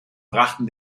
brachten